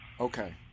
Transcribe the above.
Okay